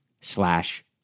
slash